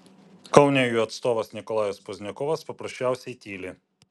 kaune jų atstovas nikolajus pozdniakovas paprasčiausiai tyli